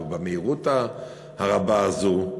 ובמהירות הרבה הזו,